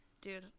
dude